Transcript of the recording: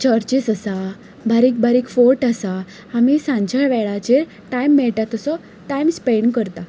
चर्चीस आसा बारीक बारीक फोर्ट आसा आमी सांजचे वेळाचेर टायम मेळटा तसो टायम स्पेंड करता